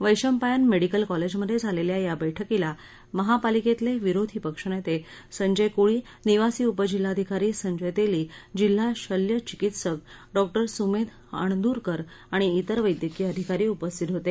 Vaishampayan medical कॉलेजमध्ये झालेल्या या बैठकीला महापालिकेतले विरोधी पक्षनेते संजय कोळी निवासी उपजिल्हाधिकारी संजय तेली जिल्हा शल्य चिकित्सक डॉ सुमेध अणदूरकर आणि इतर वैद्यकीय अधिकारी उपस्थित होते